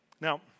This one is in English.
Now